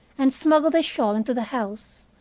and smuggled the shawl into the house.